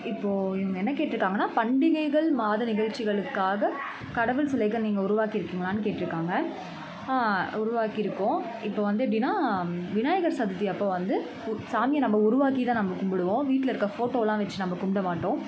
இப்போது இவங்க என்ன கேட்டிருக்காங்கன்னா பண்டிகைகள் மாத நிகழ்ச்சிகளுக்காக கடவுள் சிலைகள் நீங்கள் உருவாக்கி இருக்கீங்கலான்னு கேட்டிருக்காங்க ஆ உருவாக்கி இருக்கோம் இப்போ வந்து எப்படின்னா விநாயகர் சதுர்த்தி அப்போ வந்து ஒரு சாமியை நம்ம உருவாக்கி தான் நம்ம கும்பிடுவோம் வீட்டில இருக்க ஃபோட்டோவெலாம் வச்சி நம்ம கும்பிட மாட்டோம்